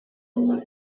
mpamvu